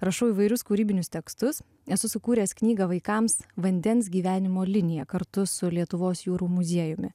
rašau įvairius kūrybinius tekstus esu sukūręs knygą vaikams vandens gyvenimo linija kartu su lietuvos jūrų muziejumi